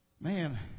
Man